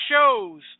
shows